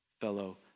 fellow